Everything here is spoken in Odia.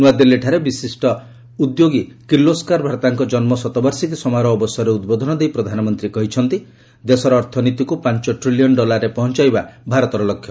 ନୂଆଦିଲ୍ଲୀଠାରେ ବିଶିଷ୍ଟ ଉଦ୍ୟୋଗୀ କିର୍ଲୋସ୍କାର ଭ୍ରାତାଙ୍କ ଜନ୍ମ ଶତବାର୍ଷିକ ସମାରୋହ ଅବସରରେ ଉଦ୍ବୋଧନ ଦେଇ ପ୍ରଧାନମନ୍ତ୍ରୀ କହିଛନ୍ତି ଯେ ଦେଶର ଅର୍ଥନୀତିକୁ ପାଞ୍ଚ ଟ୍ରିଲିୟନ୍ ଡଲାରରେ ପହଞ୍ଚାଇବା ଭାରତର ଲକ୍ଷ୍ୟ